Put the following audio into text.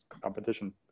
competition